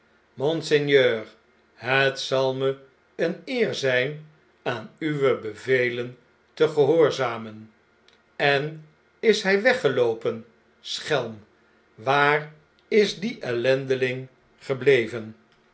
monseigneur het zal me een eere zjjn aan uwe bevelen te gehoorzamen b en is h j weggeloopen schelm waar is die ellendeling gebleven